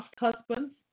husbands